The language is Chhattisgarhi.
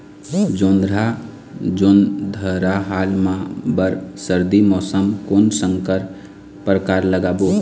जोंधरा जोन्धरा हाल मा बर सर्दी मौसम कोन संकर परकार लगाबो?